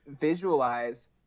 Visualize